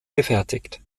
gefertigt